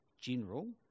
general